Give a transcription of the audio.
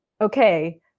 okay